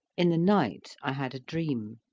in the night i had a dream.